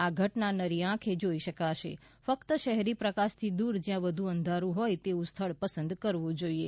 આ ઘટના નરી આંખે જોઇ શકાશે ફક્ત શહેરી પ્રકાશથી દૂર જ્યાં વધુ અંધારૂં હોય તેવું સ્થળ પસંદ કરવું જોઈએ